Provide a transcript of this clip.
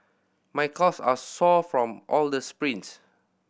my calves are sore from all the sprints